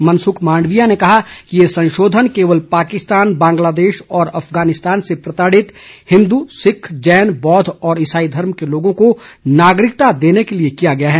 मनसुख मांडविया ने कहा कि ये संशोधन केवल पाकिस्तान बांग्लादेश और अफगानिस्तान से प्रताड़ित हिंदु सिक्ख जैन बौद्ध और इसाई धर्म के लोगों को नागरिकता देने के लिए किया गया है